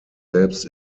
selbst